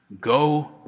go